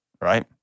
right